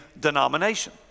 denomination